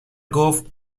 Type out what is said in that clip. گفت